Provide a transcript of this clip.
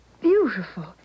beautiful